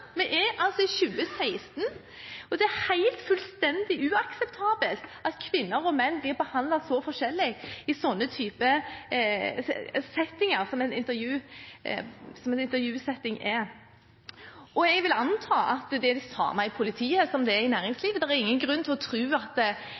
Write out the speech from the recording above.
Vi er i 2016, og det er fullstendig uakseptabelt at kvinner og menn blir behandlet så forskjellig i en intervjusetting. Jeg vil anta at det er det samme i politiet som det er i